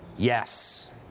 Yes